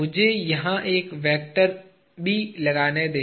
मुझे यहां एक वेक्टर लगाने दें